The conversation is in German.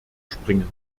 springen